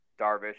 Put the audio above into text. Darvish